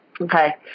Okay